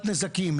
לבקרת נזקים.